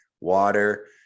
water